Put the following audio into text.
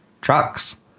trucks